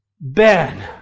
Ben